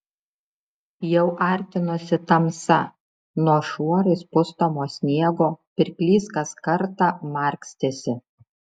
jau artinosi tamsa nuo šuorais pustomo sniego pirklys kas kartą markstėsi